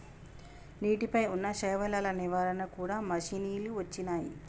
నీటి పై వున్నా శైవలాల నివారణ కూడా మషిణీలు వచ్చినాయి